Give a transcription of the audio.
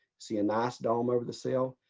see a nice dome over the cell.